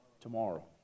Tomorrow